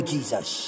Jesus